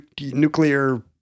nuclear